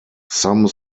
some